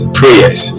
prayers